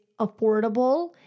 affordable